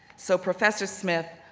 so professor smith,